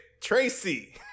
Tracy